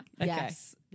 Yes